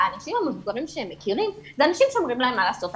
האנשים המבוגרים שהם מכירים אלה אנשים שאומרים להם מה לעשות,